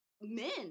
men